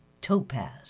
topaz